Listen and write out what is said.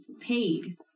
paid